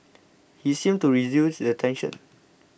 he seemed to reduce the tension